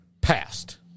passed